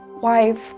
wife